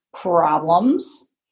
problems